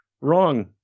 wrong